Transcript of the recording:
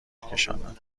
بکشاند